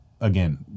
again